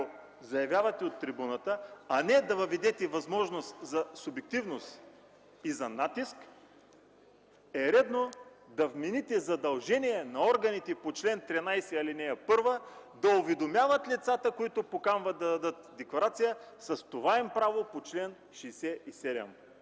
заявявате от трибуната, а не да въведете възможност за субективност и за натиск, е редно да вмените задължение на органите – по чл. 13, ал. 1, да уведомяват лицата, които поканват да дадат декларация с това им право по чл. 67.